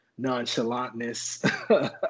nonchalantness